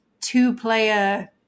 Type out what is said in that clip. two-player